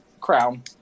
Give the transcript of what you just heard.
crown